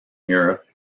europe